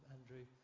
Andrew